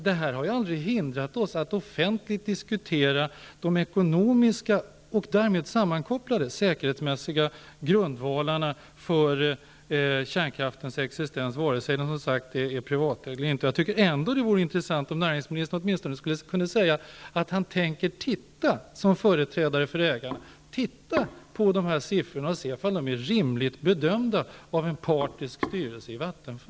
Det här har aldrig hindrat oss att offentligt diskutera de ekonomiska och därmed sammankopplade säkerhetsmässiga grundvalarna för kärnkraftens existens, vare sig det är fråga om något som är privatägt eller ej. Det vore ändå intressant om näringsministern åtminstone kunde säga att han, som företrädare för ägaren, tänker se över siffrorna och se om det har skett en rimlig bedömning av en partisk styrelse i